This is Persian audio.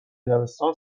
دبستان